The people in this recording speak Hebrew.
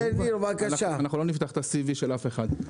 אנחנו לא נפתח את ה-CV של אף אחד.